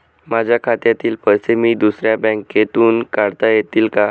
माझ्या खात्यातील पैसे मी दुसऱ्या बँकेतून काढता येतील का?